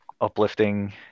uplifting